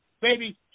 baby